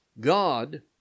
God